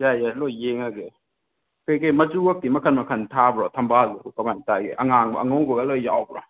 ꯌꯥꯏ ꯌꯥꯏ ꯂꯣꯏ ꯌꯦꯡꯉꯒꯦ ꯀꯩꯀꯩ ꯃꯆꯨ ꯃꯛꯇꯤ ꯃꯈꯜ ꯃꯈꯜ ꯊꯥꯕ꯭ꯔꯣ ꯊꯝꯕꯥꯜꯗꯣ ꯀꯃꯥꯏ ꯊꯥꯒꯦ ꯑꯉꯥꯡꯕ ꯑꯉꯧꯕꯒ ꯂꯣꯏ ꯌꯥꯎꯕ꯭ꯔꯣ